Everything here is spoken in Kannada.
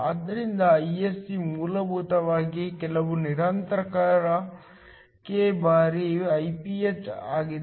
ಆದ್ದರಿಂದ Isc ಮೂಲಭೂತವಾಗಿ ಕೆಲವು ನಿರಂತರ k ಬಾರಿ Iph ಆಗಿದೆ